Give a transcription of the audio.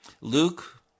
luke